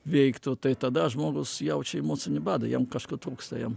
veiktų tai tada žmogus jaučia emocinį badą jam kažko trūksta jam